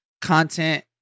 content